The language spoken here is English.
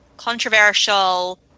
controversial